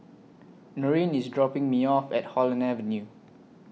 Norine IS dropping Me off At Holland Avenue